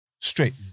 straight